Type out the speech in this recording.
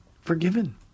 forgiven